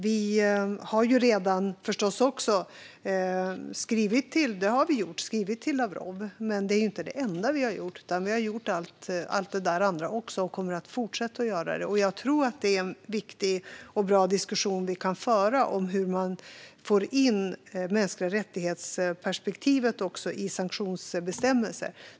Vi har förstås skrivit till Lavrov. Men det är ju inte det enda vi har gjort, utan vi har gjort allt det där andra också och kommer att fortsätta att göra det. Jag tror att en viktig och bra diskussion vi kan föra är just hur man får in människorättsperspektivet i sanktionsbestämmelserna.